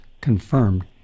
confirmed